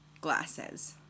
Glasses